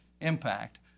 impact